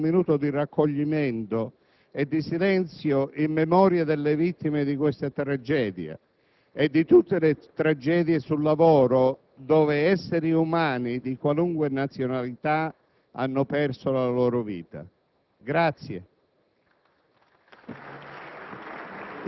a coloro che sono sul posto con un minuto di raccoglimento e di silenzio in memoria delle vittime di quella tragedia e di tutte le tragedie sul lavoro, dove essere umani di qualunque nazionalità hanno perso la loro vita.